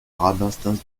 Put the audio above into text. rabastens